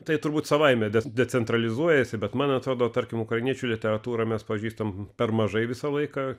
tai turbūt savaime decentralizuojasi bet man atrodo tarkim ukrainiečių literatūra mes pažįstam per mažai visą laiką